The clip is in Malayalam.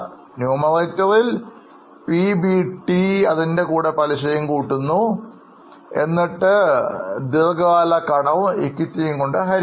ന്യൂമറേറ്ററിൽ PBT അതിൻറെ കൂടെ പലിശയും കൂട്ടുന്നു എന്നിട്ട് ഇട്ട് ദീർഘകാല കടവും ഇക്വിറ്റിയും കൊണ്ട് ഹരിക്കും